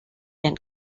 and